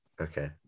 Okay